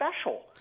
special